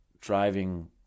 driving